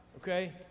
okay